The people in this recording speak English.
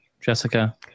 Jessica